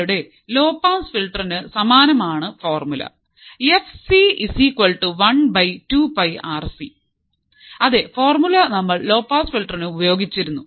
നിങ്ങളുടെ low pass ഫിൽട്ടറിന് സമാനമാണ് ഫോർമുല fc 1 2 πRC ഇതേ ഫോർമുല നമ്മൾ ലോപാസ് ഫിൽറ്ററിനും ഉപയോഗിച്ചിരുന്നു